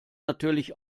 natürlich